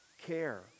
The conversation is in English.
care